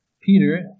Peter